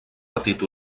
patit